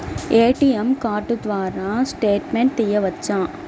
ATM card ద్వారా statement తీయవచ్చా?